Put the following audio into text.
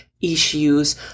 issues